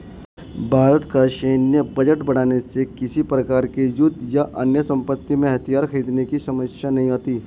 भारत का सैन्य बजट बढ़ाने से किसी प्रकार के युद्ध या अन्य आपत्ति में हथियार खरीदने की समस्या नहीं आती